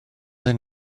hyn